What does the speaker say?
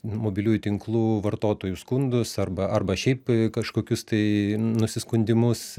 mobiliųjų tinklų vartotojų skundus arba arba šiaip kažkokius tai nusiskundimus